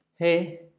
hey